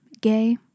gay